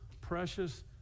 precious